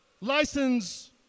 license